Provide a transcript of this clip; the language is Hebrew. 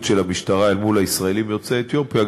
של המשטרה אל מול הישראלים יוצאי אתיופיה,